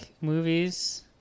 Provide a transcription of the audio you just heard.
movies